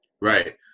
Right